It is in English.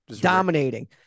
dominating